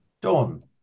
Dawn